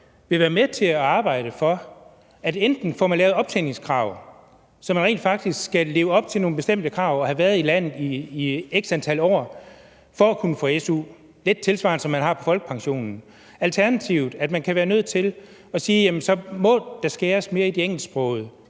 vil være med til at arbejde for, at der enten bliver lavet et optjeningskrav, så man rent faktisk skal leve op til nogle bestemte krav og have været i landet i x antal år for at kunne få su – lidt tilsvarende det, man har på folkepensionen – eller alternativt, at man kan være nødt til at sige, at så må der skæres mere ned de på engelsksprogede